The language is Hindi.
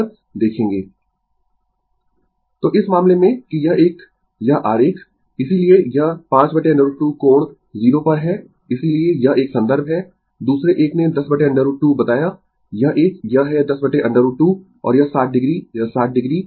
Refer Slide Time 3139 तो इस मामले में कि यह एक यह आरेख इसीलिये यह 5√ 2 कोण 0 पर है इसीलिये यह एक संदर्भ है दूसरे एक ने 10√ 2 बताया यह एक यह है 10√ 2 और यह 60 o यह 60 o